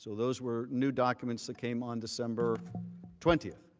so those were new documents that came on december twenty.